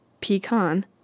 pecan